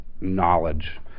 knowledge